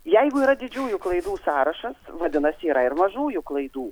jeigu yra didžiųjų klaidų sąrašas vadinasi yra ir mažųjų klaidų